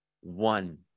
one